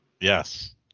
Yes